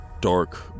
dark